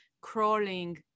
crawling